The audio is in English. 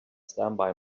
standby